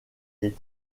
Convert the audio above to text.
est